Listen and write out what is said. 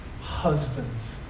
Husbands